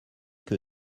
que